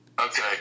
Okay